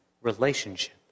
relationship